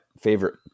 favorite